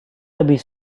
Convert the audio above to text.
lebih